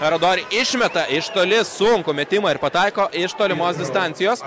radori išmeta iš toli sunkų metimą ir pataiko iš tolimos distancijos